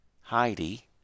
Heidi